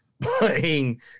playing